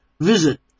Visit